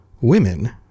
women